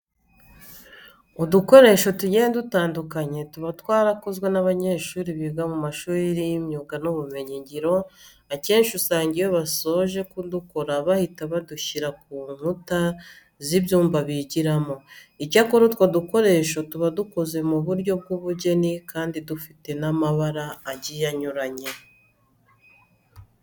Udukoresho tugiye dutandukanye tuba twarakozwe n'abanyeshuri biga mu mashuri y'imyuga n'ubumenyingiro akenshi usanga iyo basoje kudukora bahita badushyira ku nkuta z'ibyumba bigiramo. Icyakora utwo dukoresho tuba dukoze mu buryo bw'ubugeni kandi dufite n'amabara agiye anyuranye.